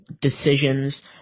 decisions